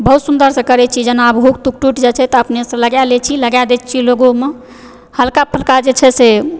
बहुत सुन्दरसंँ करए छी जेना आब हुक तुक टूटि जाइत छै तऽ अपने से लगाए लए छी लगाए दए छी लोगोमे हल्का फुलका जे छै से